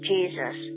Jesus